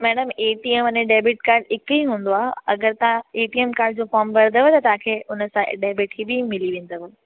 madam A T M अने debit card हिकु ई हूंदो आहे अगरि तव्हां ए टी एम कार्ड जो फॉम भरदव त तव्हां उनसां डेबिट बि मिलि वेंदव